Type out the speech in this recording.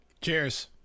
Cheers